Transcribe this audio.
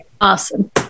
awesome